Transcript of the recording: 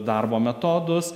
darbo metodus